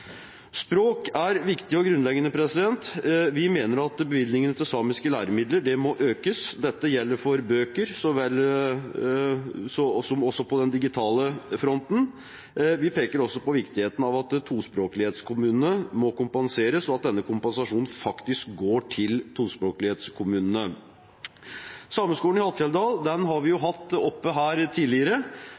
Språk er viktig og grunnleggende. Vi mener at bevilgningene til samiske læremidler må økes. Dette gjelder for bøker så vel som på den digitale fronten. Vi peker også på viktigheten av at tospråklighetskommunene må kompenseres, og at denne kompensasjonen faktisk går til tospråklighetskommunene. Sameskolen i Hattfjelldal har vi hatt oppe her tidligere,